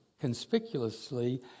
conspicuously